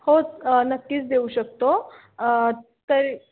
हो नक्कीच देऊ शकतो तरी